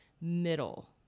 middle